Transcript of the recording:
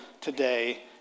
today